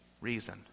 reason